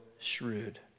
shrewd